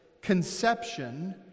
conception